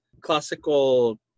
classical